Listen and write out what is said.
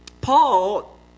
Paul